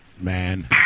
man